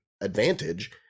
advantage